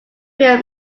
film